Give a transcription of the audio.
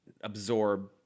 absorb